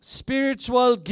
spiritual